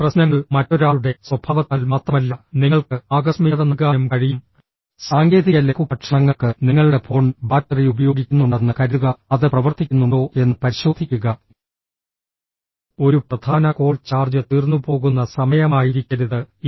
പ്രശ്നങ്ങൾ മറ്റൊരാളുടെ സ്വഭാവത്താൽ മാത്രമല്ല നിങ്ങൾക്ക് ആകസ്മികത നൽകാനും കഴിയും സാങ്കേതിക ലഘുഭക്ഷണങ്ങൾക്ക് നിങ്ങളുടെ ഫോൺ ബാറ്ററി ഉപയോഗിക്കുന്നുണ്ടെന്ന് കരുതുക അത് പ്രവർത്തിക്കുന്നുണ്ടോ എന്ന് പരിശോധിക്കുക ഒരു പ്രധാന കോൾ ചാർജ് തീർന്നുപോകുന്ന സമയമായിരിക്കരുത് ഇത്